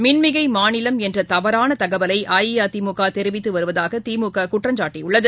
மின்மிகைமாநிலம் என்றதவறானதகவலைஅஇஅதிமுகதெரிவித்துவருவதாகதிமுககுற்றம் தி சாட்டியுள்ளது